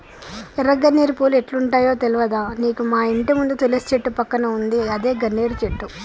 ఎర్ర గన్నేరు పూలు ఎట్లుంటయో తెల్వదా నీకు మాఇంటి ముందు తులసి చెట్టు పక్కన ఉందే అదే గన్నేరు చెట్టు